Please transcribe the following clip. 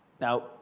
Now